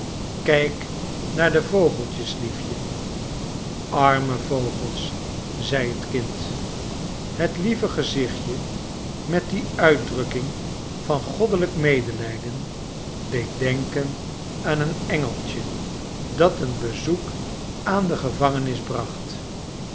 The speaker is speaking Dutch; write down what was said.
kijk naar de vogeltjes liefje arme vogels zei het kind het lieve gezichtje met die uitdrukking van goddelijk medelijden deed denken aan een engeltjo dat een bezoek aan de gevangenis bracht